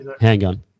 Handgun